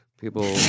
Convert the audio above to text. people